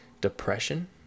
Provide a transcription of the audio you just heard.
depression